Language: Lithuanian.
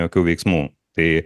jokių veiksmų tai